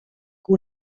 que